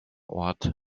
ort